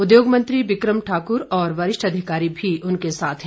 उद्योग मंत्री विक्रम ठाक्र और वरिष्ठ अधिकारी भी उनके साथ हैं